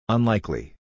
Unlikely